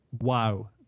wow